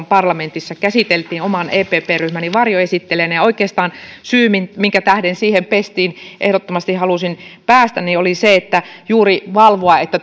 parlamentissa käsiteltiin oman epp ryhmäni varjoesittelijänä oikeastaan syy minkä minkä tähden siihen pestiin ehdottomasti halusin päästä oli juuri valvoa että